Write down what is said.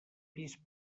pis